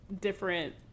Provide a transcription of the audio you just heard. different